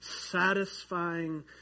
satisfying